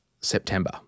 September